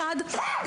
אחד,